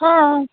हो